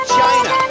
China